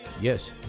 yes